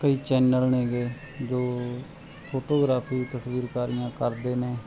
ਕੋਈ ਚੈਨਲ ਨੇਗੇ ਜੋ ਫੋਟੋਗਰਾਫੀ ਤਸਵੀਰ ਕਾਰੀਆਂ ਕਰਦੇ ਨੇ